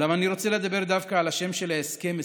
אולם אני רוצה לדבר דווקא על השם של ההסכם,